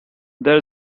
there